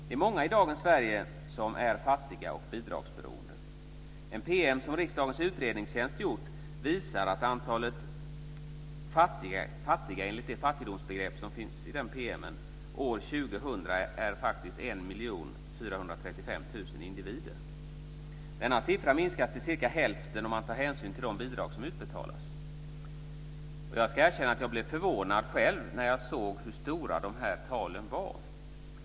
Det är många i dagens Sverige som är fattiga och bidragsberoende. En PM som riksdagens utredningstjänst gjort visar att antalet fattiga enligt det fattigdomsbegrepp som fanns i denna PM år 2000 faktiskt var 1 435 000 individer. Denna siffra minskar till cirka hälften om man tar hänsyn till de bidrag som utbetalas. Jag ska erkänna att jag själv blev förvånad när jag såg hur stora dessa tal var.